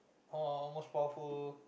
most powerful